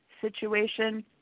situation